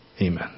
Amen